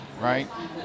right